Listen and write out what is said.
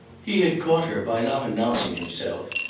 he had caught her by not announcing himself,